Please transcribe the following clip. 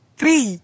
three